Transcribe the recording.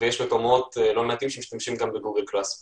יש גם מקומות לא מעטים שמשתמשים בגוגל קלאס רום.